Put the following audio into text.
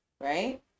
right